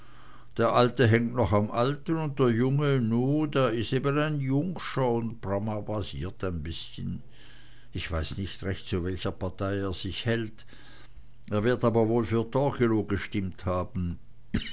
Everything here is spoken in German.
der alte hängt noch am alten und der junge nu der is eben ein jungscher und bramarbasiert ein bißchen ich weiß nicht recht zu welcher partei er sich hält er wird aber wohl für torgelow gestimmt haben